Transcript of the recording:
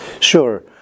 Sure